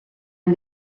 yng